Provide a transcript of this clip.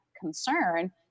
concern